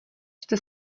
jste